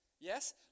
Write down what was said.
Yes